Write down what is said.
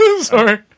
Sorry